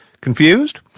Confused